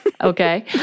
Okay